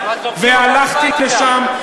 והלכתי לשם,